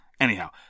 anyhow